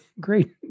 great